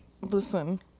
listen